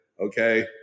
okay